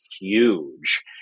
huge